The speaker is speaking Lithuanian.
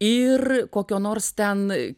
ir kokio nors ten